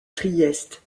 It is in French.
trieste